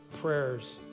prayers